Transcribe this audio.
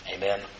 Amen